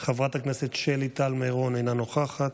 חברת הכנסת שלי טל מירון, אינה נוכחת,